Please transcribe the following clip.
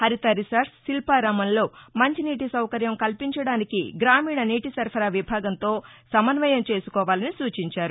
హరిత రిసార్లు శిల్పారామంలో మంచినీటి సౌకర్యం కల్పించడానికి గ్రామీణ నీటి సరఫరా విభాగంతో సమన్వయం చేసుకోవాలని సూచించారు